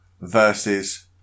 versus